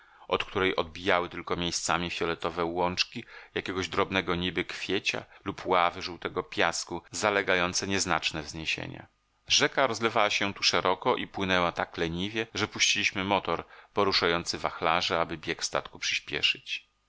od której odbijały tylko miejscami fioletowe łączki jakiegoś drobnego niby kwiecia lub ławy żółtego piasku zalegające nieznaczne wzniesienia rzeka rozlewała się tu szeroko i płynęła tak leniwie że puściliśmy motor poruszający wachlarze aby bieg statku przyspieszyć